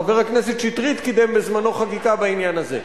חבר הכנסת שטרית קידם בזמנו חקיקה בעניין הזה.